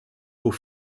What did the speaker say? aux